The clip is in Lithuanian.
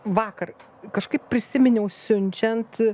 vakar kažkaip prisiminiau siunčiant